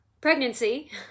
pregnancy